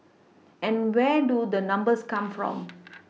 and where do the numbers come from